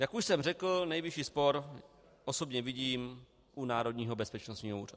Jak už jsem řekl, nejvyšší spor osobně vidím u Národního bezpečnostního úřadu.